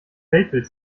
weltbild